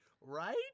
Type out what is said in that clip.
Right